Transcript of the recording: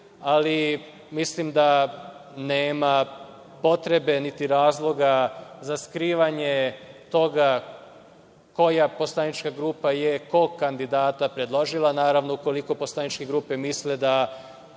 ali mislim da nema potrebe, niti razloga za skrivanjem toga koja poslanička grupa je kog kandidata predložila, naravno ukoliko poslaničke grupe misle da